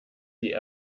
die